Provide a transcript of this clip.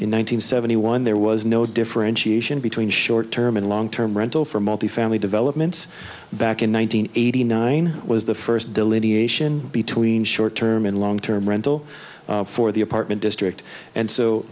hundred seventy one there was no differentiation between short term and long term rental for multifamily developments back in one nine hundred eighty nine was the first delineation between short term and long term rental for the apartment district and so